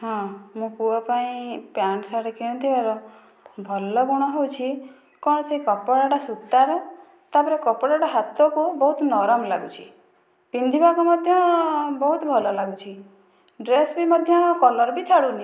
ହଁ ମୋ ପୁଅ ପାଇଁ ପ୍ୟାଣ୍ଟ ଶାର୍ଟ କିଣିଥିବାର ଭଲ ଗୁଣ ହେଉଛି କ'ଣ ସେ କପଡ଼ାଟା ସୂତାର ତାପରେ କପଡ଼ାଟା ହାତକୁ ବହୁତ ନରମ ଲାଗୁଛି ପିନ୍ଧିବାକୁ ମଧ୍ୟ ବହୁତ ଭଲ ଲାଗୁଛି ଡ୍ରେସ ବି ମଧ୍ୟ କଲର ବି ଛାଡ଼ୁନି